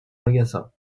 magasins